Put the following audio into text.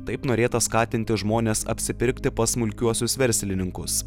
taip norėta skatinti žmones apsipirkti pas smulkiuosius verslininkus